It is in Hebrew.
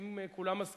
אם כולם מסכימים,